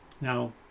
Now